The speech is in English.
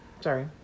Sorry